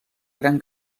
gran